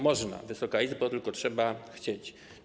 Można, Wysoka Izbo, tylko trzeba chcieć.